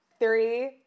Three